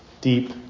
deep